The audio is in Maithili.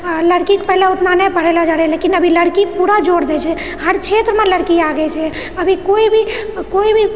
लड़कीके पहले ओतना नहि पढ़ेलो जाए रहए लेकिन अभी लड़की पूरा जोर दए छै हर क्षेत्रमे लड़की आगे छै अभी केओ भी केओ भी